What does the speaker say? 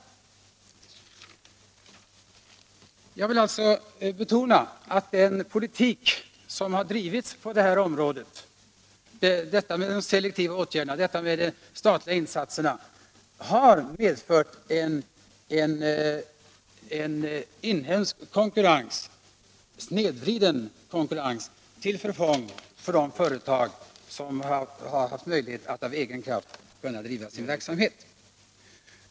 Jag vill betona att den politik som har drivits på detta område — selektiva åtgärder och statliga insatser — har medfört en inhemsk snedvriden konkurrens till förfång för de företag som haft möjlighet att av egen kraft driva sin verksamhet.